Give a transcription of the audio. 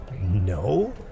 No